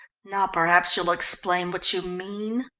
now perhaps you'll explain what you mean.